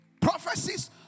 Prophecies